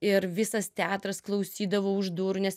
ir visas teatras klausydavo už durų nes